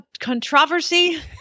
controversy